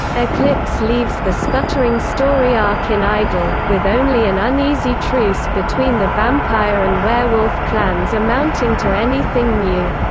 eclipse leaves the sputtering story arc in idle, with only an uneasy truce between the vampire and werewolf clans amounting to anything new